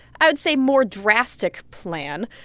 i would say, more drastic plan,